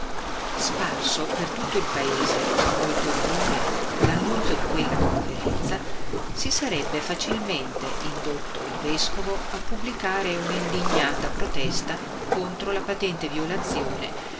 sparso per tutto il paese con molto rumore l'annunzio di quella conferenza si sarebbe facilmente indotto il vescovo a pubblicare un'indignata protesta contro la patente violazione